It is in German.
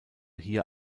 hier